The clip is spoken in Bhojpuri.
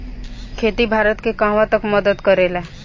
खेती भारत के कहवा तक मदत करे ला?